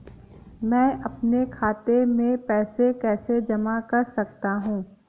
मैं अपने खाते में पैसे कैसे जमा कर सकता हूँ?